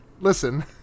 listen